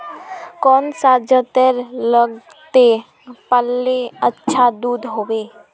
कौन सा जतेर लगते पाल्ले अच्छा दूध होवे?